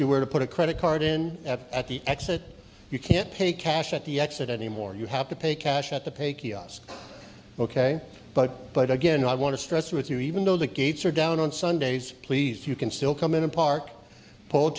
you where to put a credit card in at the exit you can't pay cash at the exit anymore you have to pay cash at the paid kiosk ok but but again i want to stress with you even though the gates are down on sundays please you can still come in and park p